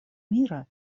мира